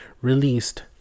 released